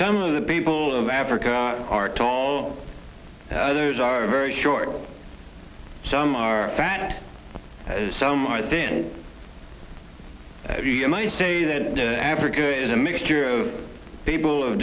some of the people of africa are tall others are very short some are fat some are thin and i say that africa is a mixture of people